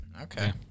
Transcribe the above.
Okay